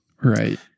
Right